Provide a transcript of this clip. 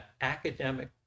academic